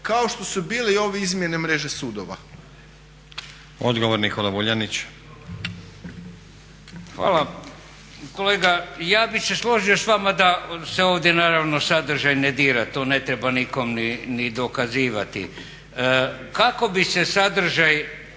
Odgovor Nikola Vuljanić. **Vuljanić, Nikola (Nezavisni)** Hvala. Kolega ja bih se složio s vama da se ovdje naravno sadržaj ne dira, to ne treba nikome ni dokazivati. Kako bi se sadržaj